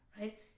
right